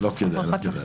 לא כדאי.